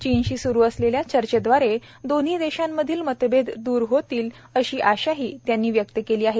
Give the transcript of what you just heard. चीनशी सुरू असलेल्या चर्चेदवारे दोन्ही देशांमधील मतभेद द्र होतील अशी आशाही त्यांनी व्यक्त केली आहे